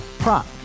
Prop